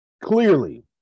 clearly